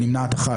נפל.